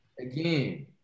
Again